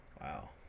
Wow